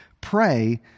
Pray